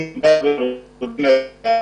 שכר עובדי העירייה גבוה מכל הרשויות